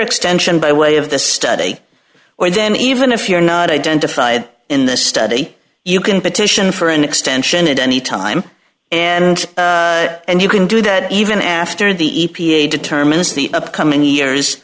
extension by way of the study or then even if you're not identified in the study you can petition for an extension at any time and and you can do that even after the e p a determines the upcoming years